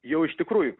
jau iš tikrųjų